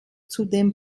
zudem